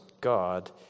God